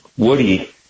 Woody